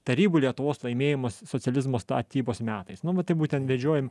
tarybų lietuvos laimėjimus socializmo statybos metais nu vat tai būtent vedžiojami